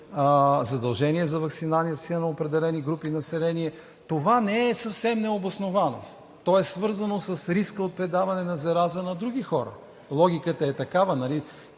задължения за ваксинация на определени групи население. Това не е съвсем необосновано. То е свързано с риска от предаване на зараза на други хора. Логиката е такава, нали?